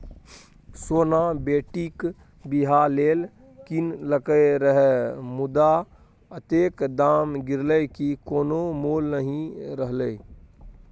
सोना बेटीक बियाह लेल कीनलकै रहय मुदा अतेक दाम गिरलै कि कोनो मोल नहि रहलै